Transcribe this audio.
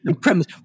premise